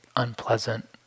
Unpleasant